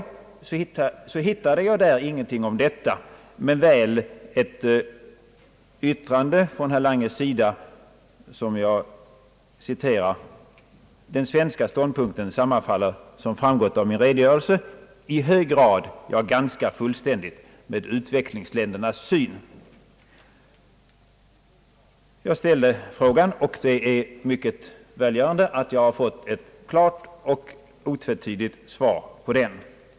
Där hittade jag ingenting om detta, men väl ett yttrande av herr Lange som jag citerar: »Den svenska ståndpunkten sammanfaller som framgått av min redogörelse i hög grad, ja ganska fullständigt, med utvecklingsländernas syn.» Jag ställde frågan till herr Lange, och det är mycket välgörande att jag har fått ett klart och otvetydigt svar på den.